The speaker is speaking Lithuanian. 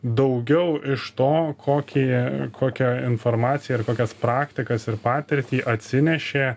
daugiau iš to kokį kokią informaciją ir kokias praktikas ir patirtį atsinešė